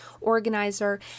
organizer